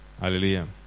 hallelujah